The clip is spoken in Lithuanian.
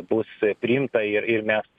bus priimta ir ir mes